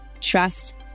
trust